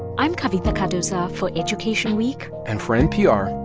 i'm kavitha cardoza for education week and for npr,